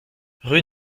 rue